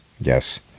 Yes